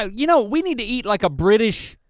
you know, we need to eat like a british,